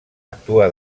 actua